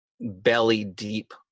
belly-deep